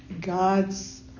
God's